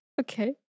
Okay